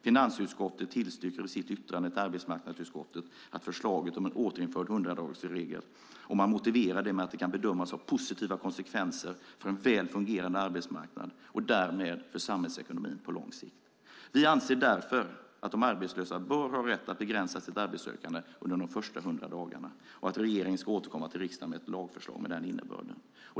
Finansutskottet tillstyrker i sitt yttrande till arbetsmarknadsutskottet förslaget om en återinförd 100-dagarsregel med motiveringen att det kan bedömas ha positiva konsekvenser för en väl fungerande arbetsmarknad och därmed för samhällsekonomin på lång sikt. Vi anser därför att de arbetslösa bör ha rätt att begränsa sitt arbetssökande under de första 100 dagarna och att regeringen ska återkomma till riksdagen med ett lagförslag med den innebörden.